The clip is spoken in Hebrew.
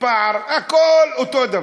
פער, הכול אותו דבר,